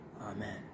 Amen